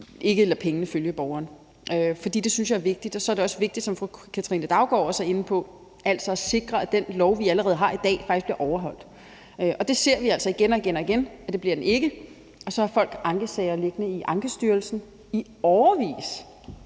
ikke lader pengene følge borgeren. For det synes jeg er vigtigt, og så er det også vigtigt, som fru Katrine Daugaard også er inde på, at sikre, at den lov, vi allerede har i dag, faktisk bliver overholdt. Det ser vi altså igen og igen at den ikke bliver, og så har folk ankesager liggende i Ankestyrelsen i årevis.